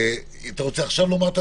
בבקשה.